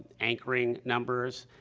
anchoring numbers,